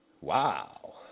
Wow